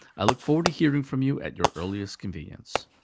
i look forward to hearing from you at your earliest convenience.